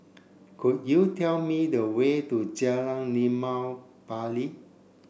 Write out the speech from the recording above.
could you tell me the way to Jalan Limau Bali